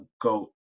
GOAT